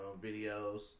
videos